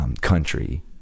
country